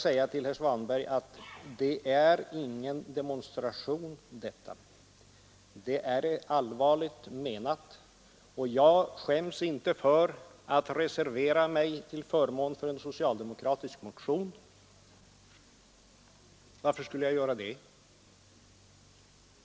Detta är ingen demonstration, herr Svanberg. Det är allvarligt menat, och jag skäms inte för att reservera mig till förmån för en socialdemokratisk motion. Varför skulle jag göra det?